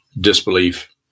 disbelief